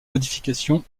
modifications